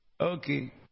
Okay